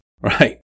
Right